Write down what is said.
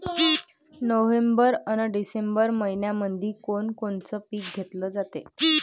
November अन December मइन्यामंधी कोण कोनचं पीक घेतलं जाते?